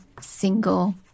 single